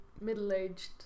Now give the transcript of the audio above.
middle-aged